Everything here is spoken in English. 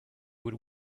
would